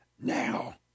Now